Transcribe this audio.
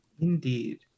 Indeed